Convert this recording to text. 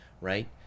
right